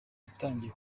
yatangiye